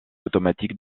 automatiques